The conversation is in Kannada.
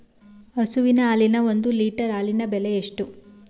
ಹಸುವಿನ ಹಾಲಿನ ಒಂದು ಲೀಟರ್ ಹಾಲಿನ ಬೆಲೆ ಎಷ್ಟು?